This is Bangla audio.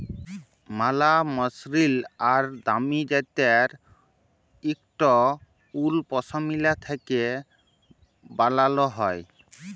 ম্যালা মসরিল আর দামি জ্যাত্যের ইকট উল পশমিলা থ্যাকে বালাল হ্যয়